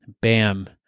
bam